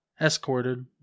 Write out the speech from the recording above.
escorted